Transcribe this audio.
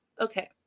okay